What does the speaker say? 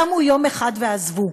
קמו יום אחד ועזבו.